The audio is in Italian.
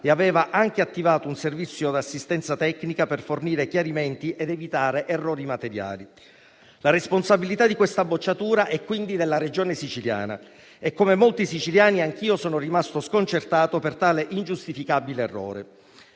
e aveva anche attivato un servizio di assistenza tecnica per fornire chiarimenti ed evitare errori materiali. La responsabilità di questa bocciatura è quindi della Regione Siciliana e, come molti siciliani, anch'io sono rimasto sconcertato per tale ingiustificabile errore.